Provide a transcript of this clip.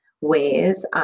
ways